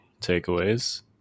takeaways